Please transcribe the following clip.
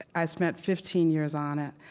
i spent fifteen years on it,